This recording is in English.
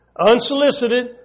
Unsolicited